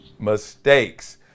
mistakes